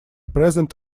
present